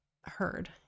heard